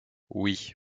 oui